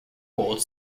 holds